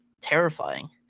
terrifying